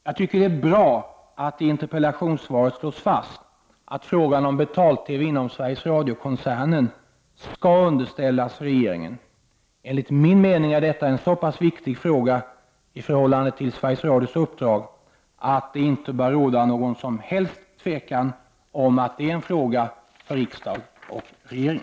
Jag tycker att det är bra att det i interpellationssvaret slås fast att frågan om betal-TV inom Sveriges Radio-koncernen skall underställas regeringen. Enligt min mening är detta en så pass viktig fråga i förhållande till Sveriges Radios uppdrag att det inte bör råda något som helst tvivel om att det är en fråga för riksdag och regering.